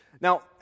Now